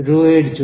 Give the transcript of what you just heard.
rho এর জন্য